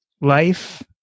Life